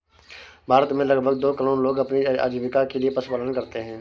भारत में लगभग दो करोड़ लोग अपनी आजीविका के लिए पशुपालन करते है